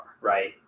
right